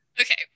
Okay